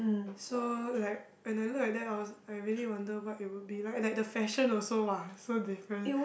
so like when I look at that I was I really wonder what it will be like like the fashion also !wah! so different